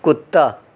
کتا